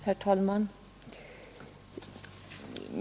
Herr talman!